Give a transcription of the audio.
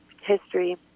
history